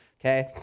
okay